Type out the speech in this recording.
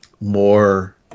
more